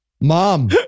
Mom